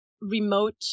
remote